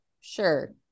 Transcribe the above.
sure